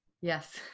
Yes